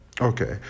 Okay